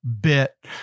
bit